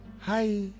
Hi